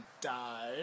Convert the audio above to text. died